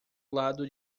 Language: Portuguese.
lado